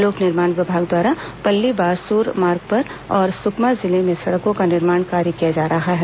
लोक निर्माण विभाग द्वारा पल्ली बारसूर मार्ग और सुकमा जिले में सड़कों का निर्माण कार्य किया जा रहा है